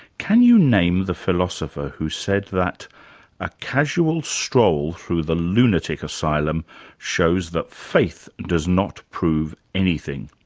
can you name the philosopher who said that a casual stroll through the lunatic asylum shows that faith does not prove anything.